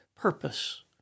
purpose